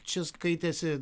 čia skaitėsi